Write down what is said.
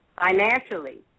financially